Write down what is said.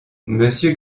monsieur